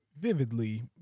vividly